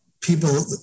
People